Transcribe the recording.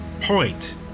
point